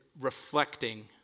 reflecting